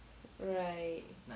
right